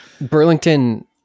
Burlington